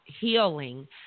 healing